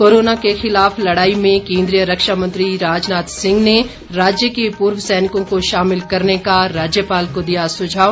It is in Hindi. कोरोना के खिलाफ लड़ाई में केन्द्रीय रक्षा मंत्री राजनाथ सिंह ने राज्य के पूर्व सैनिकों को शामिल करने का राज्यपाल को दिया सुझाव